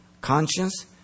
conscience